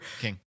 King